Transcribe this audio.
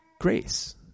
grace